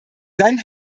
seien